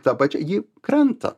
ta pačia ji kranta